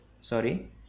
sorry